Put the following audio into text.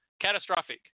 catastrophic